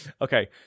Okay